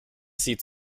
sieht